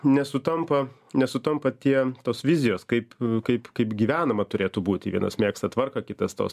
nesutampa nesutampa tie tos vizijos kaip kaip kaip gyvenama turėtų būti vienas mėgsta tvarką kitas tos